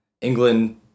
England